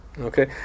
Okay